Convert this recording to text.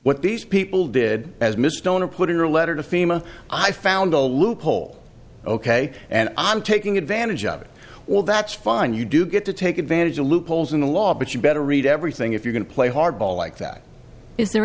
what these people did as mr owner put in your letter to fema i found a loophole ok and i'm taking advantage of it well that's fine you do get to take advantage of loopholes in the law but you better read everything if you're going to play hardball like that is there